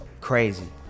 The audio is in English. crazy